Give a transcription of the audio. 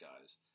guys